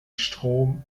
strom